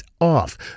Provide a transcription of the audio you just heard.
off